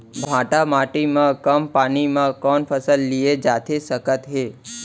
भांठा माटी मा कम पानी मा कौन फसल लिए जाथे सकत हे?